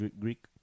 Greek